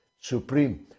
Supreme